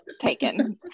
taken